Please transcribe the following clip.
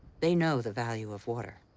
they know the value of water.